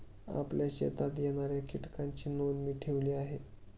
आपल्या शेतात येणाऱ्या कीटकांची नोंद मी ठेवली आहे